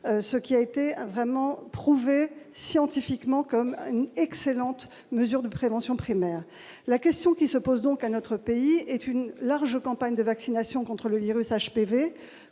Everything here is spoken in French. ce qui a été vraiment prouvé scientifiquement comme une excellente mesure de prévention primaire, la question qui se pose donc à notre pays est une large campagne de vaccination contre le virus HPV